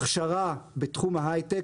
הכשרה בתחום ההייטק,